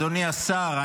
אדוני השר,